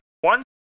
one